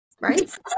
right